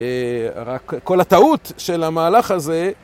רק כל הטעות של המהלך הזה